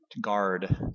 guard